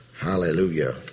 Hallelujah